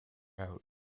out